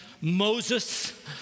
Moses